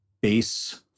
base